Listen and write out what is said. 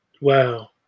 Wow